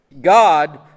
God